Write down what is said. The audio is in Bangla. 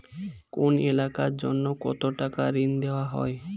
কোন এলাকার জন্য কত টাকা ঋণ দেয়া হয়?